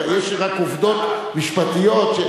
יש רק עובדות משפטיות,